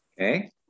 Okay